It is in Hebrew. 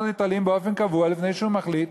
"ריטלין" באופן קבוע לפני שהוא מחליט,